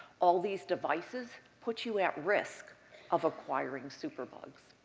all these devices put you at risk of acquiring superbugs.